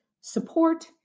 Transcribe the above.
support